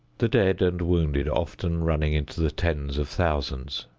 the dead and wounded often running into the tens of thousands.